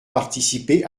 participer